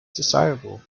desirable